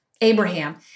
Abraham